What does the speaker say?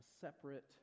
separate